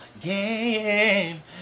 game